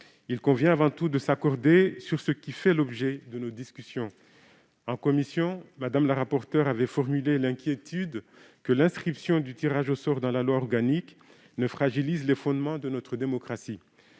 Il convient avant tout de s'accorder sur ce qui fait l'objet de nos discussions. En commission, Mme la rapporteure avait formulé l'inquiétude que l'inscription du tirage au sort dans la loi organique ne fragilise les fondements de notre démocratie.